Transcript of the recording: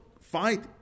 fight